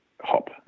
hop